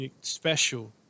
special